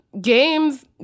games